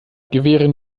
gewähren